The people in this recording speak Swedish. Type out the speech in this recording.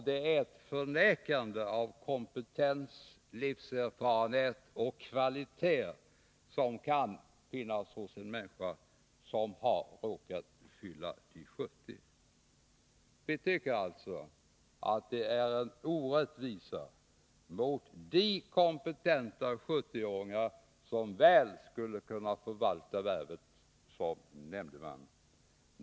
Det är ett förnekande av kompetens, livserfarenhet och andra kvaliteter som kan finnas hos en människa som råkat fylla 70. Vi tycker alltså att åldersgränsen är en orättvisa mot de kompetenta 70-åringar som väl skulle kunna förvalta värvet som nämndeman.